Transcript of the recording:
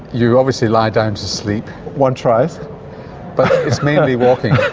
you obviously lie down to sleep. one tries. but it's mainly walking.